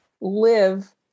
live